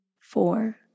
four